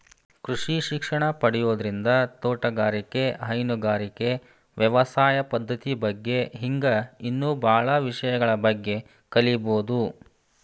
ಕೃಷಿ ಶಿಕ್ಷಣ ಪಡಿಯೋದ್ರಿಂದ ತೋಟಗಾರಿಕೆ, ಹೈನುಗಾರಿಕೆ, ವ್ಯವಸಾಯ ಪದ್ದತಿ ಬಗ್ಗೆ ಹಿಂಗ್ ಇನ್ನೂ ಬಾಳ ವಿಷಯಗಳ ಬಗ್ಗೆ ಕಲೇಬೋದು